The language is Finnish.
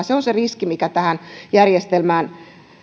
se on se riski mikä tähän järjestelmään